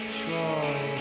try